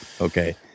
Okay